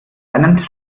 einem